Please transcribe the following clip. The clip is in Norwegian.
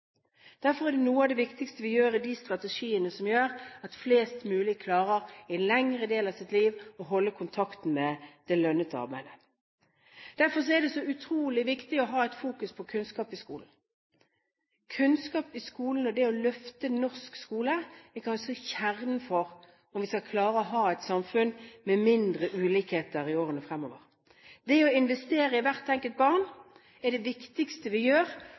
Derfor er noe av det viktigste vi gjør, å bruke de strategiene som gjør at flest mulig klarer – i en lengre del av sitt liv – å holde kontakten med det lønnede arbeidet. Derfor er det så utrolig viktig å ha fokus på kunnskap i skolen. Kunnskap i skolen, og det å løfte norsk skole, er kanskje kjernen i det å klare å få til et samfunn med mindre ulikheter i årene fremover. Det å investere i hvert enkelt barn er det viktigste vi gjør